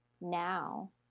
now